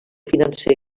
financer